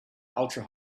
ultra